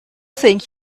think